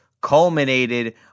culminated